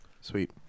Sweet